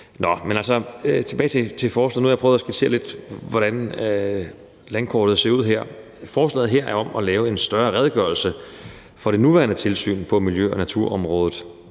Nå, men altså, tilbage til forslaget. Nu har jeg prøvet at skitsere lidt, hvordan landkortet ser ud. Forslaget her handler om at lave en større redegørelse for det nuværende tilsyn på miljø- og naturområdet